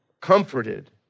comforted